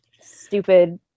stupid